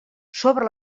sobre